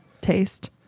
taste